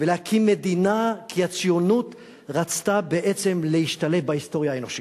ולהקים מדינה כי הציונות רצתה בעצם להשתלב בהיסטוריה האנושית.